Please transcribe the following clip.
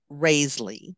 Raisley